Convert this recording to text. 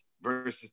versus